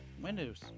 Windows